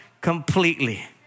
completely